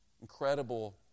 incredible